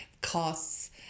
costs